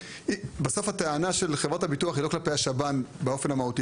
בסוף הטענה של חברת הביטוח היא לא כלפי השב"ן באופן המהותי,